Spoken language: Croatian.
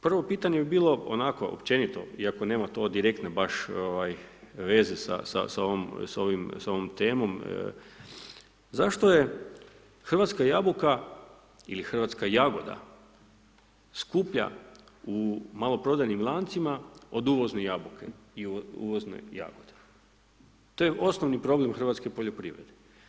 Prvo pitanje bi bilo onako općenito iako nema to baš direktne veze sa ovim, ovom temom zašto je hrvatska jabuka ili hrvatska jagoda skuplja u maloprodajnim lancima od uvozne jabuke i uvozne jagode, to je osnovni problem hrvatske poljoprivrede.